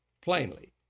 plainly